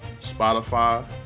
Spotify